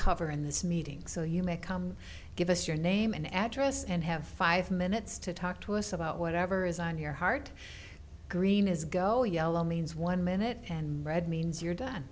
cover in this meeting so you may come give us your name and address and have five minutes to talk to us about whatever is on your heart green is go yellow means one minute and red means you're done